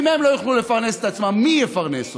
ואם הם לא יוכלו לפרנס את עצמם, מי יפרנס אותם?